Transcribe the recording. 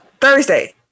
Thursday